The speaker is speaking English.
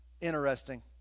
interesting